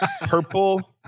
purple